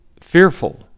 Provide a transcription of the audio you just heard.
fearful